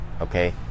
okay